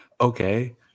Okay